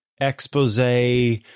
expose